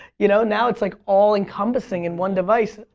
you know now it's like all-encompassing in one device.